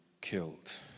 killed